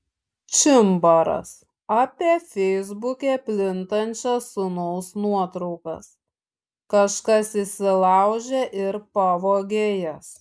čimbaras apie feisbuke plintančias sūnaus nuotraukas kažkas įsilaužė ir pavogė jas